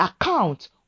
account